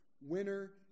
winner